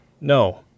No